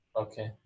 okay